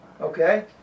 Okay